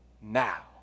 now